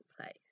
place